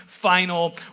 final